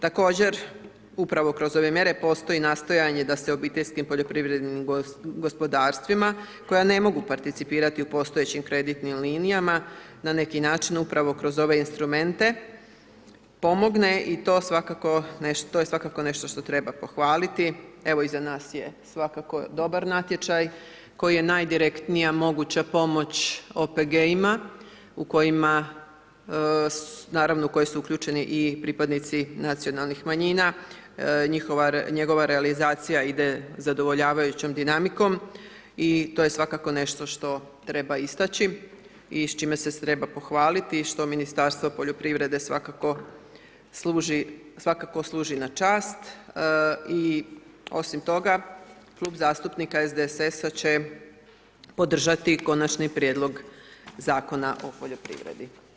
Također, upravo kroz ove mjere postoji nastojanje da se obiteljskim poljoprivrednim gospodarstvima koja ne mogu participirati u postojećim kreditnim linijama, na neki način upravo kroz ove instrumente pomogne i to je svakako nešto što treba pohvaliti, evo i za nas je svakako dobar natječaj, koji je najdirektnija moguća pomoć OPG-ima u kojima, naravno u koji su uključeni i pripadnici nacionalnih manjina, njegova realizacija ide zadovoljavajućom dinamikom i to je svakako nešto što treba istaći i s čime se treba pohvaliti, i što Ministarstvu poljoprivrede svakako služi na čast, i osim toga, Klub zastupnika SDSS će podržati Konačni prijedlog Zakona o poljoprivredi.